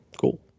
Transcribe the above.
cool